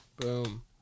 Boom